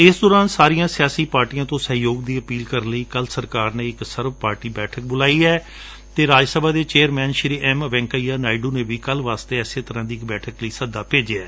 ਇਸ ਦੌਰਾਨ ਸਾਰੀਆਂ ਸਿਆਸੀ ਪਾਰਟੀਆਂ ਤੋਂ ਸਹਿਯੋਗ ਦੀ ਅਪੀਲ ਕਰਨ ਲਈ ਕੱਲੂ ਸਰਕਾਰ ਨੇ ਇਕ ਸਰਬ ਪਾਰਟੀ ਬੈਠਕ ਬੁਲਾਈ ਏ ਅਤੇ ਰਾਜਸਭਾ ਦੇ ਚੇਅਰਮੈਨ ਐਮ ਵੈਕਈਆ ਨਾਇਡੂ ਨੇ ਵੀ ਕੱਲੂ ਵਾਸਤੇ ਏਸੇ ਤਰੂਾ ਦੀ ਇਕ ਬੈਠਕ ਲਈ ਸਦਾ ਭੇਜਿਐ